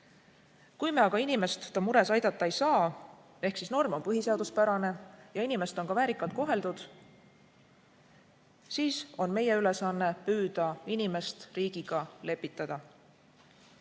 Kui me aga inimest tema mures aidata ei saa, norm on põhiseaduspärane ja inimest on ka väärikalt koheldud, siis on meie ülesanne püüda inimest riigiga lepitada.